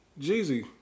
Jeezy